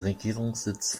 regierungssitz